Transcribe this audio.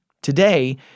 Today